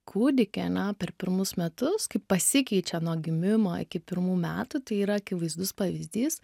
kūdikį ane per pirmus metus kaip pasikeičia nuo gimimo iki pirmų metų tai yra akivaizdus pavyzdys